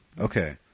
Okay